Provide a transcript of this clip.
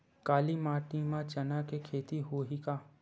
काली माटी म चना के खेती होही का?